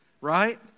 right